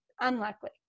Unlikely